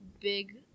big